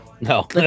No